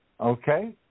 Okay